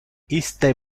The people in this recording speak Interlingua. iste